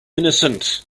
innocent